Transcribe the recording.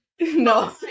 no